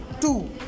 two